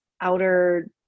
outer